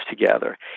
together